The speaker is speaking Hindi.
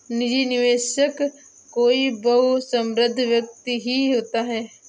निजी निवेशक कोई बहुत समृद्ध व्यक्ति ही होता है